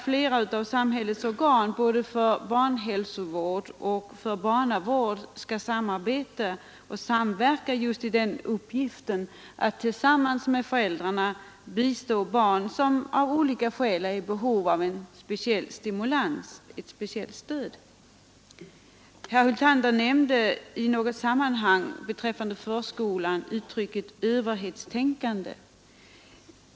Flera av samhällets organ för barnhälsovård och barnavård bör samverka just i uppgiften att tillsammans med föräldrarna bistå barn, som av olika skäl är i behov av särskilt stöd och stimulans. Herr Hyltander använde i något sammanhang beträffande förskolan uttrycket ”överhetstänkande”.